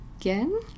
again